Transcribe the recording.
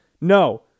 No